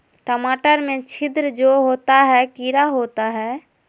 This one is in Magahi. टमाटर में छिद्र जो होता है किडा होता है?